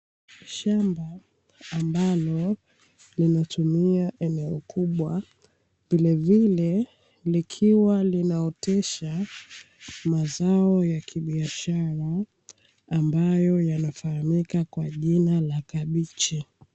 Shamba amabalo linatumia eneo kubwa, vilevile likiwa linaotesha mazao ya kibiashara ambayo yanafahamika kwa jina la kabichi.